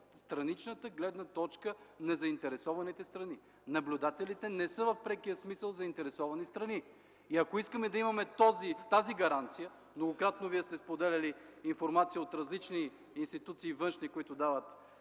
страничната гледна точка на заинтересованите страни. Наблюдателите не са в прекия смисъл заинтересовани страни. И ако искаме да имаме тази гаранция, многократно вие сте споделяли информация от различни външни институции, които дават